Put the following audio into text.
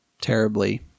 terribly